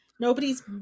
nobody's